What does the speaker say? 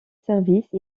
service